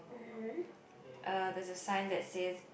uh there's a sign that says